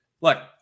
look